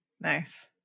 Nice